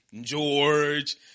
George